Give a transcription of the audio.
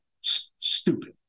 stupid